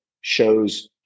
shows